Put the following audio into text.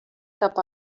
cap